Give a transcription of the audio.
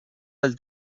del